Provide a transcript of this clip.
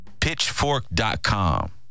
Pitchfork.com